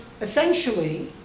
essentially